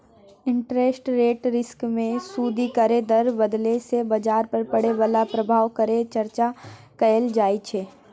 interest rate risk मे सूदि केर दर बदलय सँ बजार पर पड़य बला प्रभाव केर चर्चा कएल जाइ छै